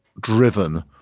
driven